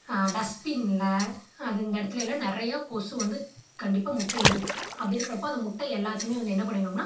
டஸ்ட்பின்ல அது இந்த இடத்துலயெல்லாம் நிறைய கொசு வந்து கண்டிப்பாக முட்டையிடும் அப்படி இருக்கிறப்ப அந்த முட்டை எல்லாத்தையும் வந்து என்ன பண்ணிடணும்னா